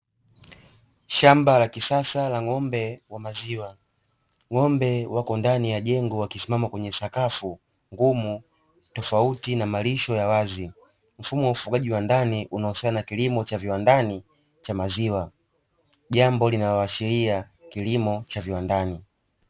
Shamba la kisasa la ng'ombe wa maziwa, ng'ombe wapo ndani ya jengo wakisimama kwenye sakafu ngumu tofauti na malisho ya wazi. Mfumo wa ufugaji wa ndani unahusiana na kilimo cha viwandani cha maziwa, jambo linaloashiria kilimo cha viwandani.